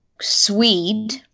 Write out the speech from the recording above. swede